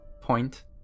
point